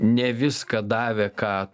ne viską davė ką